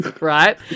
right